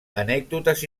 anècdotes